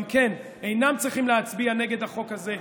גם הם אינם צריכים להצביע נגד החוק הזה,